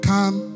Come